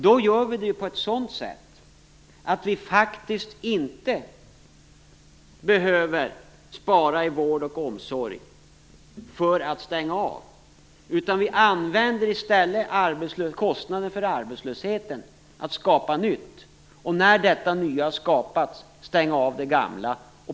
Då gör vi det på ett sådant sätt att vi faktiskt inte behöver spara i vård och omsorg för att stänga av. Vi använder i stället kostnaden för arbetslösheten till att skapa nytt. När detta nya har skapats stänger vi av det gamla.